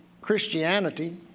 Christianity